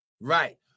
right